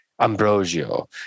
Ambrosio